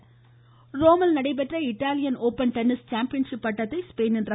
tennis ரோமில் நடைபெற்ற Italy open tennis championship பட்டத்தை ஸ்பெயினின் ர